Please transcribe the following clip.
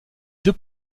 deux